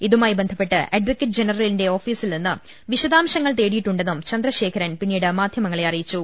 ഇതുമായി ബന്ധപ്പെട്ട് അഡക്കറ്റ് ജനറലിന്റെ ഓഫീസിൽ നിന്നും വിശദാംശങ്ങൾ തേടിയിട്ടുണ്ടെന്നും ചന്ദ്രശേഖരൻ പിന്നീട് മാധ്യമങ്ങളെ അറിയിച്ചു